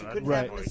Right